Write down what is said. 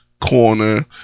Corner